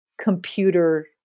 computer